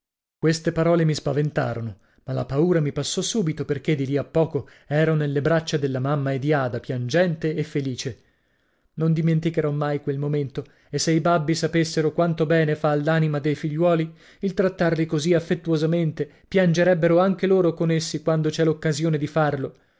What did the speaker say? queste parole mi spaventarono ma la paura mi passò subito perché di lì a poco ero nelle braccia della mamma e di ada piangente e felice non dimenticherò mai quel momento e se i babbi sapessero quanto bene fa all'anima dei figlioli il trattarli così affettuosamente piangerebbero anche loro con essi quando c'è l'occasione di farlo